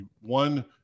One